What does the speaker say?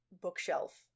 bookshelf